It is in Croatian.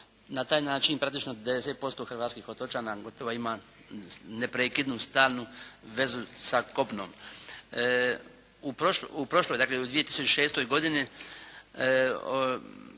na taj način praktično 90% hrvatskih otočana gotovo ima neprekidnu stalnu vezu sa kopnom. U prošloj, dakle u 2006. godini